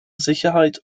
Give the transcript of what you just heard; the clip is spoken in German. sicherheit